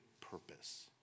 purpose